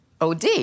OD